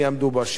השאלה היא,